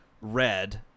red